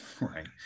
right